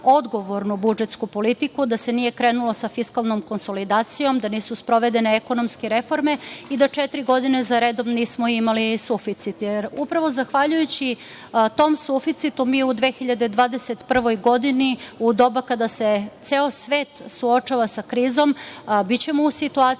odgovornu budžetsku politiku, da se nije krenulo sa fiskalnom konsolidacijom, da nisu sprovedene ekonomske reforme i da četiri godine zaredom nismo imali suficit. Upravo zahvaljujući tom suficitu mi u 2021. godini u doba kada se ceo svet suočava sa krizom bićemo u situaciji